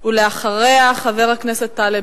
אחריה, חבר הכנסת טלב